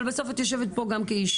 אבל בסוף את יושבת פה גם כאישה,